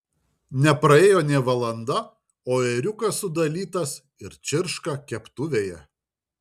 nepraėjo nė valanda o ėriukas sudalytas ir čirška keptuvėje